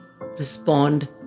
respond